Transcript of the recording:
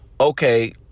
okay